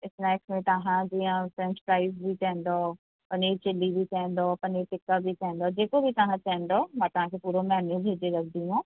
snacks में तव्हां हा जीअं फ़्रैच फ़्राईस बि चवंदव पनीर चिल्ली बि चवंदव पनीर टिक्का बि चवंदव जेको बि तव्हां चवंदव मां तव्हांखे पूरो मैन्यू भेजे रखंदीमांव